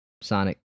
Sonic